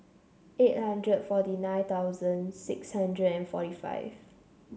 eight hundred forty nine thousand six hundred and forty five